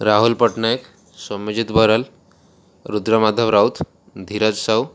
Rahul Pattanaik Soumyajit Baral Rudramadhab Rout Dhiraj Sahu